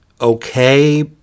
okay